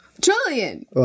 Julian